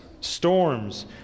storms